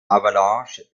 avalanche